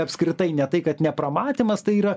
apskritai ne tai kad nepramatymas tai yra